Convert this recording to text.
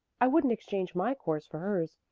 i wouldn't exchange my course for hers,